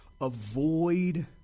avoid